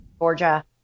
Georgia